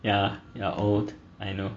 ya you're old I know